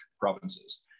provinces